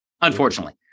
unfortunately